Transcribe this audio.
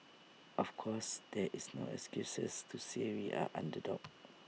of course there is no excuses to say we are underdogs